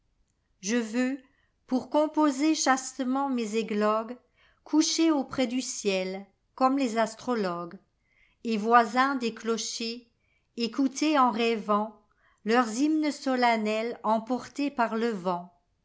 je veux pour composer chastement mes églogues coucher auprès du ciel comme les astrologues et voisin des clochers écouter en rêvantleurs hymnes solennels emportés par le vent